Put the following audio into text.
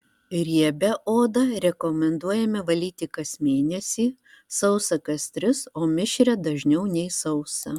riebią odą rekomenduojame valyti kas mėnesį sausą kas tris o mišrią dažniau nei sausą